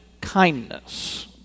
kindness